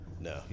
No